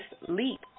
leap